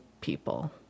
people